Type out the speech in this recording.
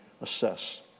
assess